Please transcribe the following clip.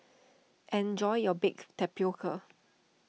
enjoy your Baked Tapioca